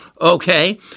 okay